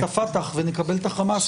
בחטיבת החקירות.